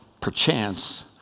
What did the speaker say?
perchance